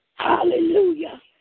Hallelujah